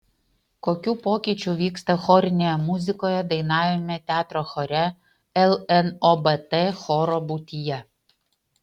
kokių pokyčių vyksta chorinėje muzikoje dainavime teatro chore lnobt choro būtyje